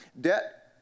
Debt